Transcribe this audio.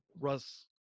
Russ